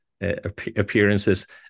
appearances